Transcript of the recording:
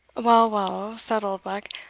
well, well, said oldbuck,